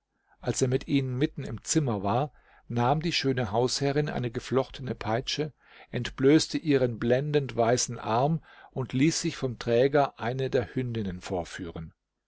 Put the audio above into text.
als er mit ihnen mitten im zimmer war nahm die schöne hausherrin eine geflochtene peitsche entblößte ihren blendend weißen arm und ließ sich vom träger eine der hündinnen vorführen